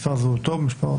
מספר זהותו וכולי?